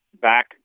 back